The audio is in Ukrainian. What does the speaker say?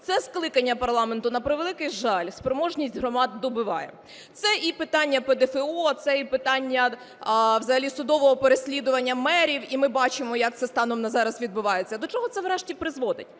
Це скликання парламенту, на превеликий жаль, спроможність громад добиває. Це і питання ПДФО, це і питання взагалі судового переслідування мерів, і ми бачимо, як це станом на зараз відбувається. До чого це врешті призводить?